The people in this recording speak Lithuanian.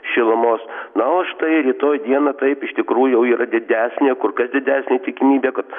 šilumos na o štai rytoj dieną taip iš tikrųjų jau yra didesnė kur kas didesnė tikimybė kad